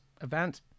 event